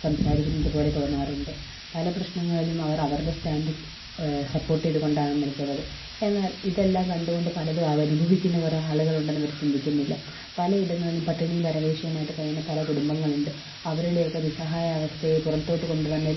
സംസാരിക്കുന്നതുപോലെ തോന്നാറുണ്ട് പല പ്രശ്നങ്ങളിലും അവര് അവരുടെ സ്റ്റാന്റ് സപ്പോര്ട്ട് ചെയ്തുകൊണ്ടാണ് നിൽക്കുന്നത് എന്നാല് ഇതെല്ലാം കണ്ടുകൊണ്ട് പലതും അഭിമുഖീകരിക്കുന്ന കുറെ ആളുകളുണ്ടെന്ന് അവര് ചിന്തിക്കുന്നില്ല പലയിടങ്ങളിലും പട്ടിണിയും പരവേശവുമായിട്ട് കഴിയുന്ന പല കുടുംബങ്ങളുണ്ട് അവരുടെയൊക്കെ നിസ്സഹായ അവസ്ഥയെ പുറത്തോട്ട് കൊണ്ടു വന്ന്